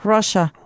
Russia